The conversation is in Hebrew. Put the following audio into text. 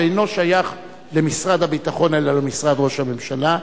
שאינו שייך למשרד הביטחון אלא למשרד ראש הממשלה,